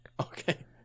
Okay